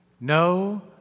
No